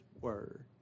word